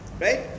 Right